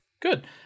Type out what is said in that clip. Good